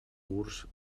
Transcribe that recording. curs